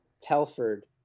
telford